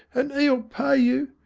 an' e'll pay you.